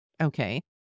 Okay